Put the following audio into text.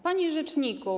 Panie Rzeczniku!